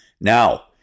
Now